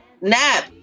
nap